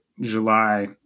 July